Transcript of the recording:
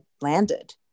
landed